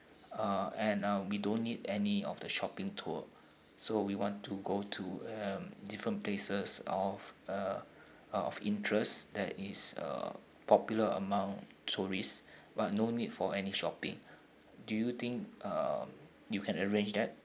uh and um we don't need any of the shopping tour so we want to go to um different places of uh of interest that is uh popular among tourists but no need for any shopping do you think um you can arrange that